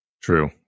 True